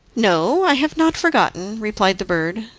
no, i have not forgotten, replied the bird,